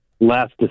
last